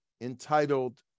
entitled